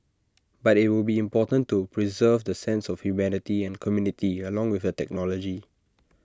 but IT will be important to preserve the sense of humanity and community along with the technology